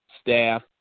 staff